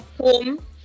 home